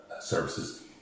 services